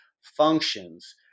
functions